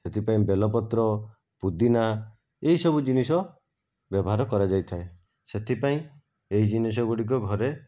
ସେଥିପାଇଁ ବେଲପତ୍ର ପୋଦିନା ଏହିସବୁ ଜିନିଷ ବ୍ୟବହାର କରାଯାଇଥାଏ ସେଥିପାଇଁ ଏହି ଜିନିଷ ଗୁଡ଼ିକ ଘରେ